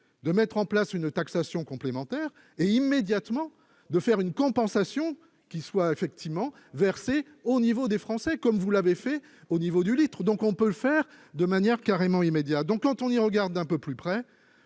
de mettre en place une taxation complémentaire et immédiatement de faire une compensation qui soient effectivement versées au niveau des Français comme vous l'avez fait au niveau du litre, donc on peut le faire de manière carrément immédiat donc, quand on y regarde un peu plus près,